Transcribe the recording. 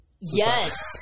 Yes